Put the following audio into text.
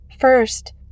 First